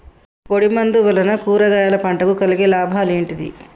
పొడిమందు వలన కూరగాయల పంటకు కలిగే లాభాలు ఏంటిది?